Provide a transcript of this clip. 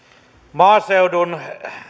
maaseudun